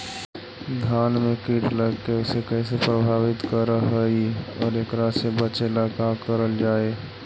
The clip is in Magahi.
धान में कीट लगके उसे कैसे प्रभावित कर हई और एकरा से बचेला का करल जाए?